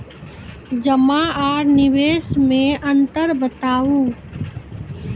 जमा आर निवेश मे अन्तर बताऊ?